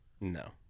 no